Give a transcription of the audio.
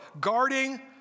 guarding